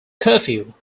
curfew